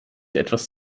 etwas